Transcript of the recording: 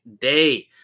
day